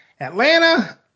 Atlanta